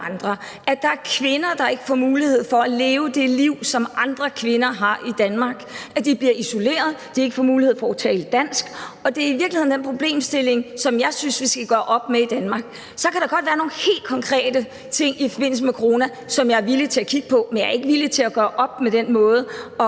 andre; der er kvinder, der ikke får mulighed for at leve det liv, som andre kvinder har i Danmark, som bliver isoleret og ikke får mulighed for at tale dansk. Det er i virkeligheden de problemer, jeg synes vi skal gøre op med i Danmark. Så kan der godt være nogle helt konkrete ting i forbindelse med corona, som jeg er villig til at kigge på, men jeg er ikke villig til at gøre op med den måde